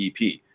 EP